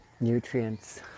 nutrients